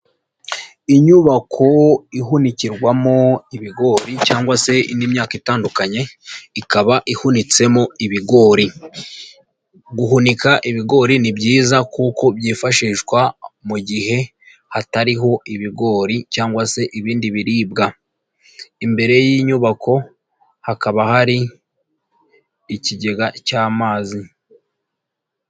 Inyubako ihunikirwamo ibigori cyangwa se indi myaka itandukanye, ikaba ihunitsemo ibigori, guhunika ibigori ni byiza kuko byifashishwa mu gihe hatariho ibigori cyangwa se ibindi biribwa, imbere y'inyubako hakaba hari ikigega cy'amazi.